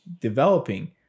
developing